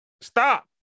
Stop